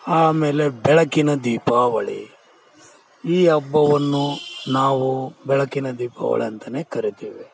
ಆಮೇಲೆ ಬೆಳಕಿನ ದೀಪಾವಳಿ ಈ ಹಬ್ಬವನ್ನು ನಾವು ಬೆಳಕಿನ ದೀಪಾವಳಿ ಅಂತಾನೆ ಕರೀತೀವೆ